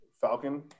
Falcon